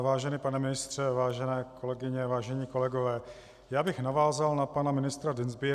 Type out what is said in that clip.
Vážený pane ministře, vážené kolegyně, vážení kolegové, já bych navázal na pana ministra Dienstbiera.